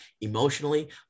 emotionally